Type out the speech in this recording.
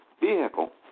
vehicle